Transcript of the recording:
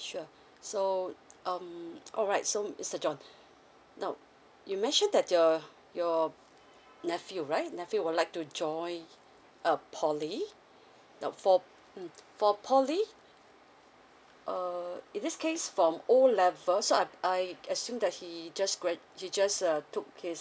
sure so um alright so mister john now you mentioned that your your nephew right nephew would like to join a poly now for mm for poly err in this case from O level so I I assume that he just grad~ he just uh took his